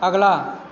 ਅਗਲਾ